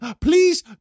Please